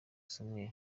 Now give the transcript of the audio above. samuel